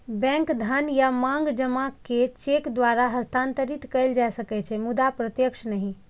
bank धन या मांग जमा कें चेक द्वारा हस्तांतरित कैल जा सकै छै, मुदा प्रत्यक्ष नहि